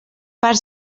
per